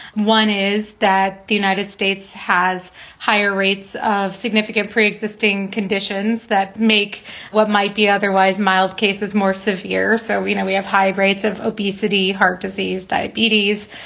one is that the united states has higher rates of significant pre-existing conditions that make what might be otherwise mild cases more severe. so, you know, we have high rates of obesity, heart disease, diabetes.